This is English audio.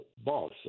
boss